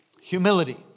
Humility